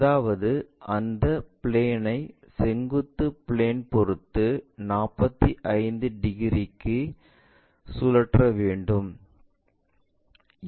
அதாவது அந்தப் பிளேன் ஐ செங்குத்து பிளேன் பொறுத்து 45 டிகிரிக்கு சுழற்ற வேண்டும்